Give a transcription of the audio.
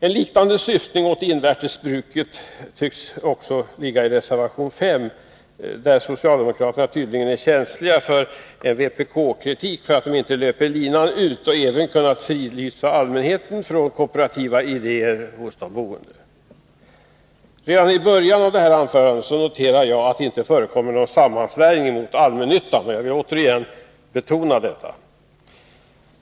En liknande syftning åt det invärtes bruket tycks ligga också i reservationen 5, där socialdemokraterna tydligen är känsliga för en vpk-kritik för att de inte löpt linan ut och även kunnat fridlysa allmännyttan från kooperativa idéer hos de boende. Redan i början av det här anförandet noterade jag att det inte förekommer någon sammansvärjning mot allmännyttan. Jag vill åter betona detta.